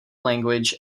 language